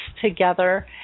together